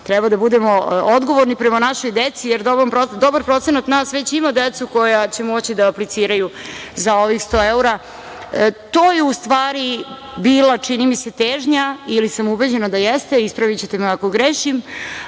treba da budemo odgovorni prema našoj deci, jer dobar procenat nas već ima decu koja će moći da apliciraju za ovih sto evra. To je u stvari i bila, čini mi se, težnja, ili sam ubeđena da jeste, ispravićete me ako grešim,